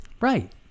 Right